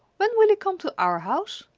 when will he come to our house?